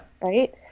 Right